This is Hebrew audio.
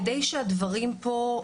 כדי שהדברים פה,